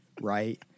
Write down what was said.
right